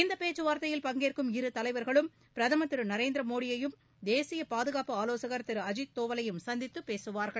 இந்த பேச்சுவார்த்தையில் பங்கேற்கும் இரு தலைவர்களும் பிரதமர் திரு நரேந்திரமோடியையும் தேசிய பாதுகாப்பு ஆலோசகர் திரு அஜித்தோவலையும் சந்தித்து பேசுவார்கள்